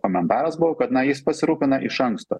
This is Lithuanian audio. komentaras buvo kad na jis pasirūpina iš anksto